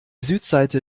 südseite